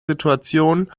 situation